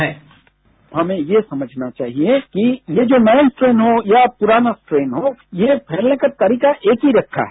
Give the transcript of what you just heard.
sound bite हमें यह समझना चाहिए कि ये जो नये स्ट्रेन हो या पुराना स्ट्रेन हो ये फैलने के तारीका एक ही रखा है